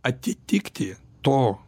atitikti to